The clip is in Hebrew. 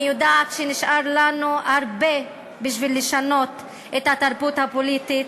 אני יודעת שנשאר לנו הרבה בשביל לשנות את התרבות הפוליטית,